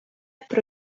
про